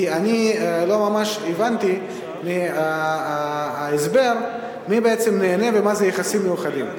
כי אני לא ממש הבנתי מההסבר מי בעצם נהנה ומה זה יחסים מיוחדים.